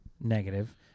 Negative